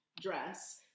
dress